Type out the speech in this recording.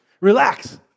Relax